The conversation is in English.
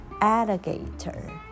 Alligator